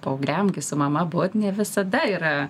paaugliam gi su mama būt ne visada yra